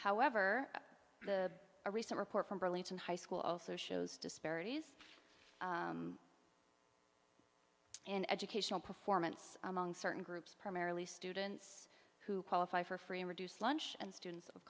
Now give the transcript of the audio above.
however the a recent report from burlington high school also shows disparities in educational performance among certain groups primarily students who qualify for free or reduced lunch and students of